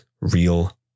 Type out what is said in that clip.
real